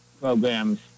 programs